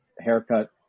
haircut